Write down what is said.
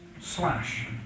slash